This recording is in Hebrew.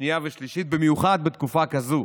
שנייה ושלישית, במיוחד בתקופה כזאת,